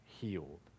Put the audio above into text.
healed